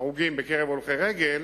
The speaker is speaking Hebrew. הרוגים בקרב הולכי-הרגל,